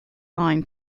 line